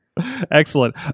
Excellent